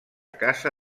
casa